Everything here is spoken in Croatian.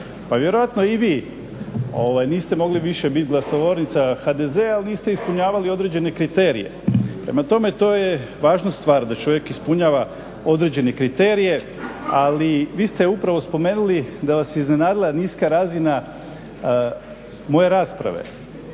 Pa vjerojatno i vi niste mogli više biti glasnogovornica HDZ-a ali niste ispunjavali određene kriterije. Prema tome to je važna stvar da čovjek ispunjava određene kriterije ali vi ste upravo spomenuli da vas je iznenadila niska razina moje rasprave.